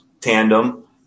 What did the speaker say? tandem